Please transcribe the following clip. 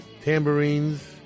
tambourines